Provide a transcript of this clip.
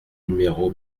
numéro